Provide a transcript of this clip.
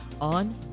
on